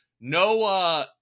no